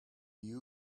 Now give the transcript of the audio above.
you